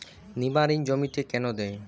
নিমারিন জমিতে কেন দেয়?